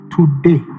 Today